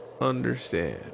understand